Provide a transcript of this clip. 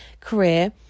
career